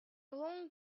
long